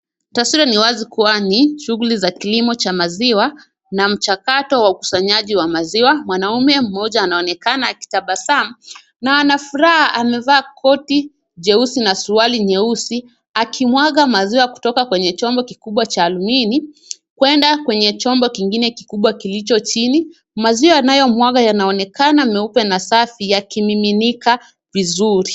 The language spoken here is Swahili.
Taswira ni wazi kuwa ni shughuli za kilimo cha maziwa na mchakato wa ukusanyaji wa maziwa. Mwanaume mmoja anaonekana akitabasamu na anafuraha. Amevaa koti jeusi na suruali nyeusi akimwaga maziwa kutoka kwenye chombo kikubwa cha alumini kwenda kwenye chombo kingine kikubwa kilicho chini. Maziwa yanayomwagwa yanaonekana meupe na safi yakimiminika vizuri.